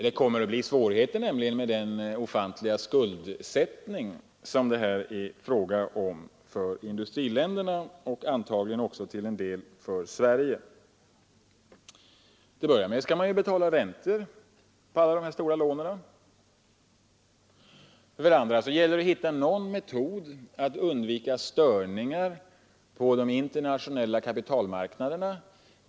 Det kommer att bli svårigheter med denna ofantliga skuldsättning som det här är fråga om för industriländerna och antagligen också till en del för Sverige. Man skall för det första betala räntor på alla dessa stora lån. För det andra gäller det att hitta någon metod att undvika störningar på de internationella kapitalmarknaderna.